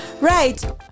Right